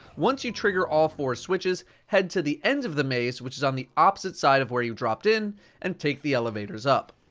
once you trigger all four switches, head to the end of the maze, which is on the opposite side of where you dropped in and take the elevators up.